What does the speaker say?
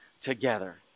together